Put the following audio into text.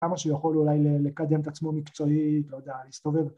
‫כמה שהוא יכול אולי לקדם את עצמו ‫מקצועית, לא יודע, להסתובב.